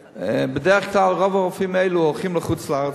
בדרך כלל רוב הרופאים האלה הולכים לחוץ-לארץ,